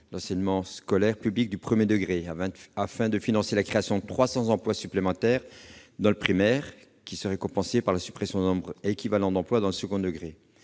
« Enseignement scolaire public du premier degré », afin de financer la création de 300 emplois supplémentaires dans le primaire, compensée par la suppression d'un nombre équivalent d'emplois dans le second degré.